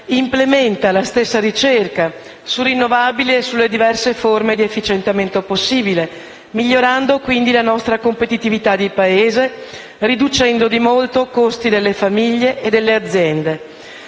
implementa la stessa ricerca sulle rinnovabili e sulle diverse forme di efficientamento possibili, migliorando quindi la nostra competitività di Paese, riducendo di molto i costi delle famiglie e delle aziende